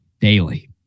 daily